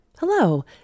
Hello